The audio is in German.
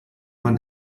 man